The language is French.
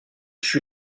fut